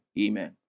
Amen